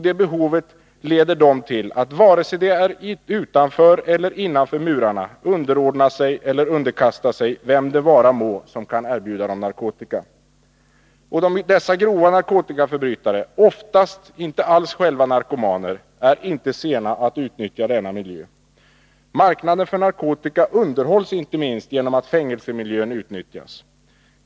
Detta behov leder dem till att, vare sig det är utanför eller innanför murarna, underordna sig eller underkasta sig vem det vara må som kan erbjuda dem narkotika. Dessa narkotikaförbrytare, oftast inte själva narkomaner, är inte sena att utnyttja denna miljö. Marknaden för narkotika underhålls inte minst genom att fängelsemiljön utnyttjas.